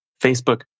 Facebook